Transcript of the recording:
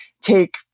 take